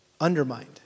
undermined